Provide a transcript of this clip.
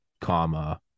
comma